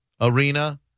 Arena